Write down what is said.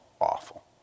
awful